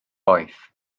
boeth